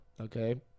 Okay